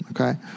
okay